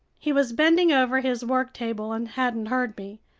he was bending over his worktable and hadn't heard me.